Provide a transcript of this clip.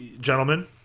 gentlemen